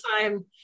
time